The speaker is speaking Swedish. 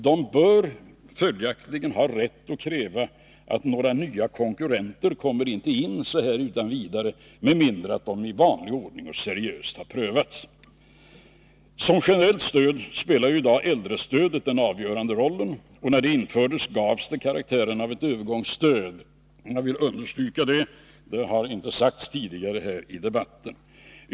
De bör följaktligen ha rätt att kräva att några nya konkurrenter inte kommer in utan vidare med mindre än att de i vanlig ordning seriöst har prövats. Som generellt stöd spelar i dag äldrestödet den avgörande rollen, och när det infördes gavs det karaktären av ett övergångsstöd. Jag vill understryka det, eftersom det inte har sagts tidigare i debatten.